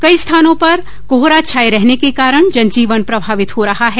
कई स्थानों पर कोहरा छाये रहने के कारण जनजीवन प्रभावित हो रहा है